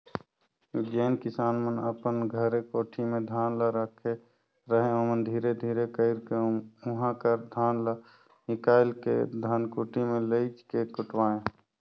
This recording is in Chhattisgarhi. जेन किसान मन अपन घरे कोठी में धान ल राखे रहें ओमन धीरे धीरे कइरके उहां कर धान ल हिंकाएल के धनकुट्टी में लेइज के कुटवाएं